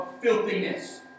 filthiness